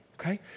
okay